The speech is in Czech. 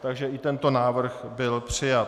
Takže i tento návrh byl přijat.